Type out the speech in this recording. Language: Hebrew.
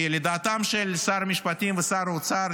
כי לדעתם של שר המשפטים ושר האוצר,